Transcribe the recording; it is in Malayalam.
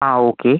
ആ ഓക്കേ